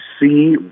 see